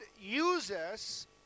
uses